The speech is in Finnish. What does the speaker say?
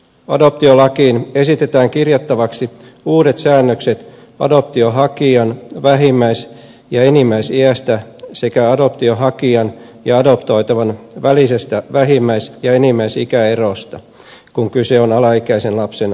adoptiolakiin esitetään kirjattavaksi uudet säännökset adoptionhakijan vähimmäis ja enimmäisiästä sekä adoptionhakijan ja adoptoitavan välisestä vähimmäis ja enimmäisikäerosta kun kyse on alaikäisen lapsen adoptiosta